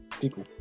people